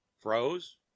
Froze